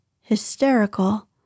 hysterical